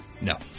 No